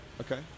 Okay